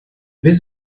been